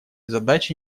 задачи